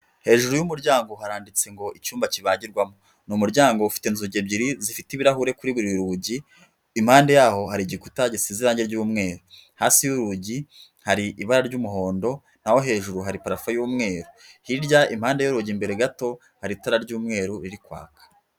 Hejuru y'umuryango haranditse ngo "icyumba kibagirwamo." Ni umuryango ufite inzugi ebyiri zifite ibirahuri, kuri buri rugi impande yaho hari igikuta gisize irangi ry'umweru. Hasi y'urugi hari ibara ry'umuhondo naho hejuru hari parafo y'umweru, hirya impande y'urugi imbere gato hari itara ry'umweru riri kwaka.